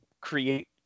create